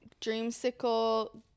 dreamsicle